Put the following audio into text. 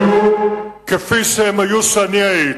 ההנחיות היו כפי שהן היו כשאני הייתי.